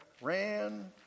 Ran